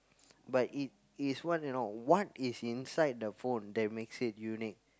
but it is what you know what is inside the phone that makes it unique